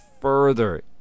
further